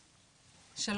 משפטים?